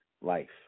life